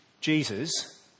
Jesus